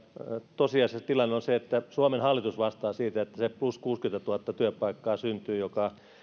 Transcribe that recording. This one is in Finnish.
tosiasiassa tilanne on se että suomen hallitus vastaa siitä että syntyy se plus kuusikymmentätuhatta työpaikkaa